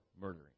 murdering